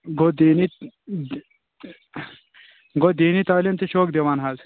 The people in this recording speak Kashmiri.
گوٚو دیٖنی گوٚو دیٖنی تعلیٖم تہِ چھِہوٗکھ دِوان حظ